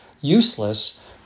useless